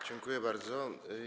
Dziękuję bardzo.